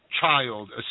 child